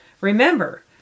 Remember